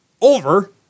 over